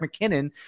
McKinnon